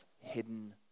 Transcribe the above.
hidden